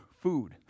food